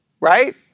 right